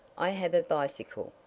i have a bicycle,